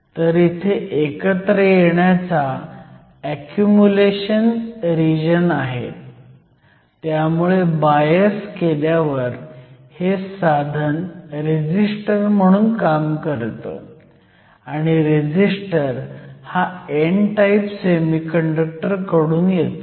तर इथे एकत्र येण्याचा ऍक्युम्युलेशन रिजन आहे त्यामुळे बायस केल्यावर हे साधन रेझिस्टर म्हणून काम करतं आणि रेझिस्टर हा n टाईप सेमीकंडक्टर कडून येतो